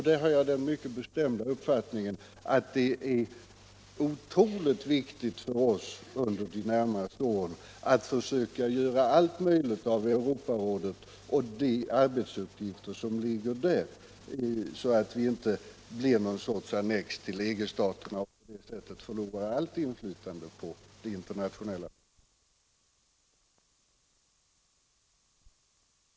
Där har jag den mycket bestämda uppfattningen att det är otroligt viktigt för oss under de närmaste åren att försöka göra allt som är möjligt av Europarådet och de arbetsuppgifter som ligger där, så att vi inte blir någon sorts annex till EG-staterna och på det sättet förlorar allt inflytande på det internationella fältet. Jag tackar för svaret. Jag väntar till den 28 januari jag också, och jag hoppas att vi då skall kunna stödja varandra.